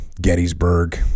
Gettysburg